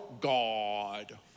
God